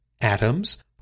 Atoms